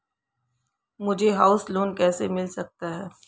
मुझे house loan कैसे मिल सकता है?